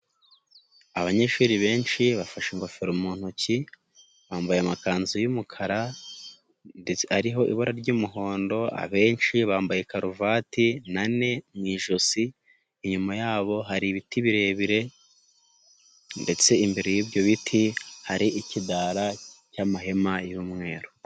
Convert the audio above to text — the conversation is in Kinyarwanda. Abanyeshuri benshi bafashe ingofero mu ntoki, bambaye amakanzu y'umukara ndetse ariho ibara ry'umuhondo, abenshi bambaye karuvati na ne mu ijosi, inyuma yabo hari ibiti birebire ndetse imbere y'ibyo biti hari ikidara cy'amahema y'umweru.